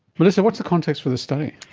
melissa, what's the context for this study?